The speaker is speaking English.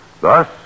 Thus